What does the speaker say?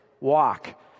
walk